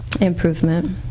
improvement